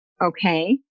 Okay